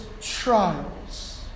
trials